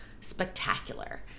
spectacular